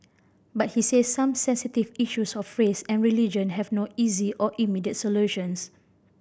but he said some sensitive issues of face and religion have no easy or immediate solutions